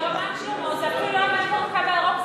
וברמת-שלמה זה אפילו לא מעבר לקו הירוק,